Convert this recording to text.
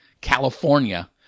California